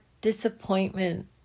disappointment